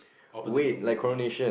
opposite the mall